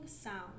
sound